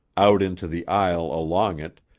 out into the aisle, along it,